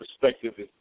perspective